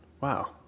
Wow